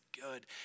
good